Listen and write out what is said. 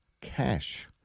cash